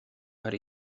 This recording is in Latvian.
var